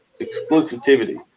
exclusivity